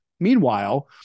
Meanwhile